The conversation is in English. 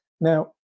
Now